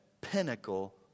pinnacle